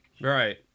Right